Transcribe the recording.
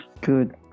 Good